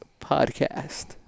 Podcast